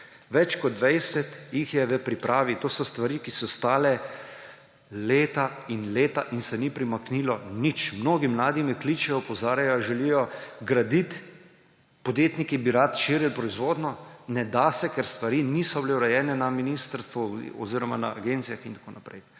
več kot 20 jih je v pripravi. To so stvari, ki so stale leta in leta in se ni premaknilo nič. Mnogi mladi me kličejo, opozarjajo, želijo graditi, podjetniki bi radi širili proizvodnjo – ne da se, ker stvari niso bile urejene na ministrstvu oziroma na agencijah in tako naprej.